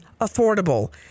affordable